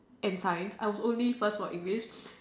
and science I was only first for English